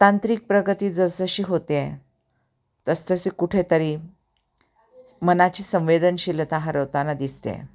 तांत्रिक प्रगती जसजशी होते तस तसे कुठेेतरी मनाची संवेदनशीलता हरवताना दिसते